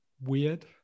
Weird